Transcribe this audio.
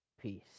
peace